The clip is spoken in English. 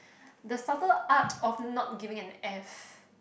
the subtle art of not giving an F